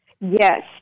Yes